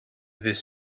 this